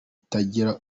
itagira